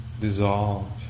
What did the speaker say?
dissolve